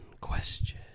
question